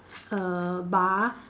a bar